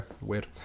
Weird